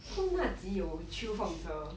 so 那集有 qiu feng zhe